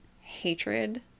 hatred